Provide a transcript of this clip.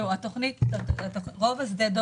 רות אפריאט,